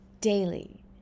daily